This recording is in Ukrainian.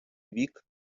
вік